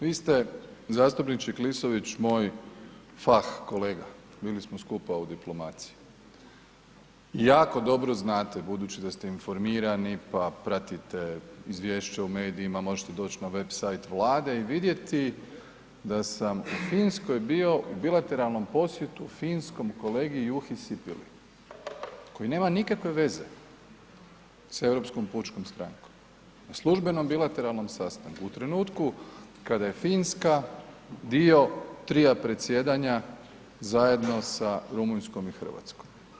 Vi ste zastupniče Klisović moj fah kolega, bili smo skupa u diplomaciji, jako dobro znate budući da ste informirani pa pratite izvješća u medijima, možete doći na website Vlade i vidjeti da sam u Finskoj bio u bilateralnom posjetu finskom kolegi Juhi Sipili koji nema nikakve veze sa Europskom pučkom strankom u službenom bilateralnom sastanku u trenutku kada je Finska dio trija predsjedanja zajedno sa Rumunjskom i Hrvatskom.